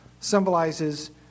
symbolizes